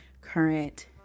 current